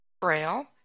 Braille